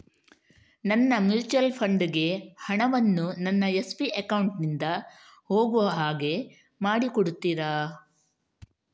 ನನ್ನ mutual fund ಗೆ ಹಣ ವನ್ನು ನನ್ನ ಎಸ್.ಬಿ ಅಕೌಂಟ್ ನಿಂದ ಹೋಗು ಹಾಗೆ ಮಾಡಿಕೊಡುತ್ತೀರಾ?